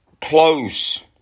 close